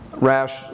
Rash